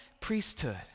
priesthood